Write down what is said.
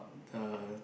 the